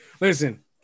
Listen